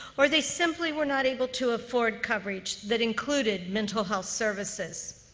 or they simply were not able to afford coverage that included mental health services.